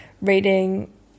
reading